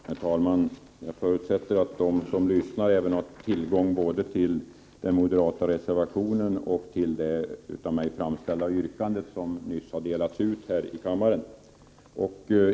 Herr talman! Jag förutsätter att de som lyssnar även har tillgång både till den moderata reservationen nr 2 och till det av mig framställda yrkandet, som nyss har delats ut här i kammaren.